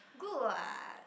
good what